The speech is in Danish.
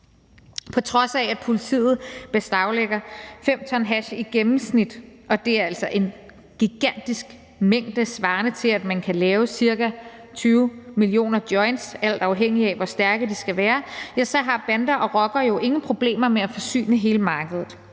På trods af at politiet beslaglægger 5 t hash i gennemsnit – og det er altså en gigantisk mængde svarende til, at man kan lave ca. 20 millioner joints, alt afhængigt af hvor stærke de skal være – har bander og rockere jo ingen problemer med at forsyne hele markedet.